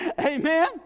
Amen